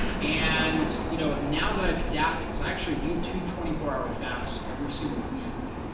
and you know now that i've adapted because i actually do two twenty four hour fasts every single week,